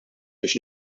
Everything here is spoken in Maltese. biex